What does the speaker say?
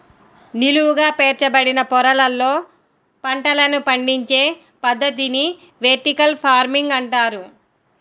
నిలువుగా పేర్చబడిన పొరలలో పంటలను పండించే పద్ధతిని వెర్టికల్ ఫార్మింగ్ అంటారు